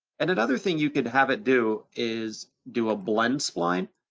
and another thing you could have it do is do a blend spline,